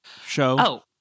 show